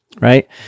Right